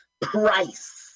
price